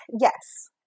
yes